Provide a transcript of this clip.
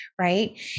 Right